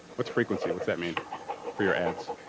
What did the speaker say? what's frequency? what's that mean for your ads?